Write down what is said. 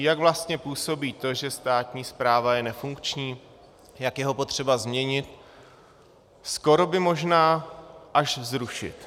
Jak vlastně působí to, že státní správa je nefunkční, jak je ho potřeba změnit, skoro možná až zrušit.